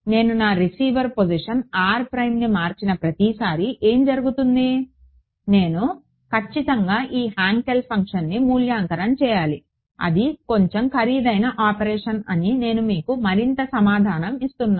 నేను నా receiver position or ప్రైమ్ని మార్చిన ప్రతిసారీ ఏమి జరుగుతుంది నేను ఖచ్చితంగా ఈ హాంకెల్ ఫంక్షన్ని మూల్యాంకనం చేయాలి అది కొంచెం ఖరీదైన ఆపరేషన్ అని నేను మీకు మరింత సమాచారం ఇస్తున్నాను